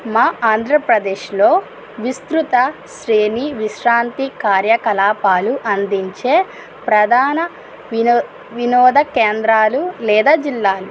మా ఆంధ్రప్రదేశ్లో విస్తృత శ్రేణి విశ్రాంతి కార్యకలాపాలు అందించే ప్రధాన వినో వినోద కేంద్రాలు లేదా జిల్లాలు